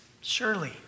surely